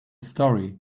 story